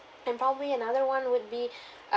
and probably another one would be